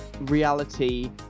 reality